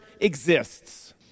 exists